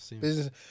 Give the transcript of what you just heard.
Business